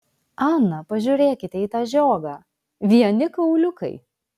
ana pažiūrėkite į tą žiogą vieni kauliukai